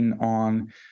on